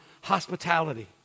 hospitality